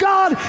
God